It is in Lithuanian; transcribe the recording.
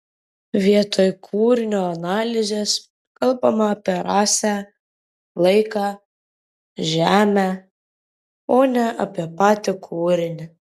vietoj kūrinio analizės kalbama apie rasę laiką žemę o ne apie patį kūrinį